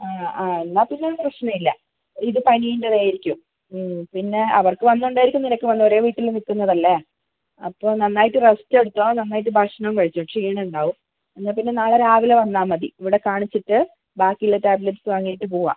ആ ആ എന്നാൽ പിന്നെ പ്രശ്നമില്ല ഇത് പനീൻ്റെതായിരിക്കും പിന്നെ അവർക്ക് വന്നതുകൊണ്ടായിരിക്കും നിനക്കും വന്നത് ഒരേ വീട്ടിൽ നിൽക്കുന്നതല്ലേ അപ്പോൾ നന്നായിട്ട് റസ്റ്റ് എടുത്തോ നന്നായിട്ട് ഭക്ഷണം കഴിച്ചോ ക്ഷീണം ഉണ്ടാവും എന്നാൽ പിന്നെ നാളെ രാവിലെ വന്നാൽ മതി ഇവിടെ കാണിച്ചിട്ട് ബാക്കിയുള്ള ടാബ്ലറ്റ്സ് വാങ്ങിയിട്ട് പോവാം